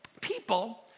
People